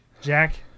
Jack